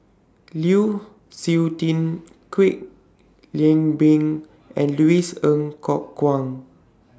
Lu Suitin Kwek Leng Beng and Louis Ng Kok Kwang